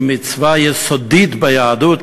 שהיא מצווה יסודית ביהדות,